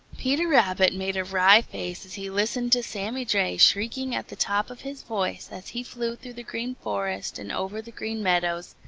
peter rabbit made a wry face as he listened to sammy jay shrieking at the top of his voice as he flew through the green forest and over the green meadows,